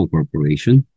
Corporation